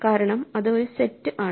കാരണം അത് ഒരു സെറ്റ് ആണ്